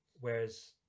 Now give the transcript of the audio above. whereas